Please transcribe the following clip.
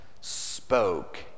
spoke